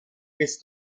bis